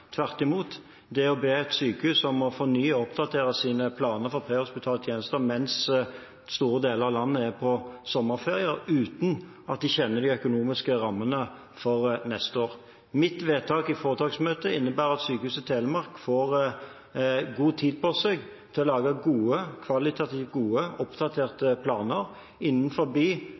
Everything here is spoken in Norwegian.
Tvert imot, det er å be et sykehus om å fornye og oppdatere sine planer for prehospitale tjenester mens store deler av landet er på sommerferie, og uten at de kjenner de økonomiske rammene for neste år. Mitt vedtak i foretaksmøtet innebærer at Sykehuset Telemark får god tid på seg til å lage kvalitativt gode, oppdaterte planer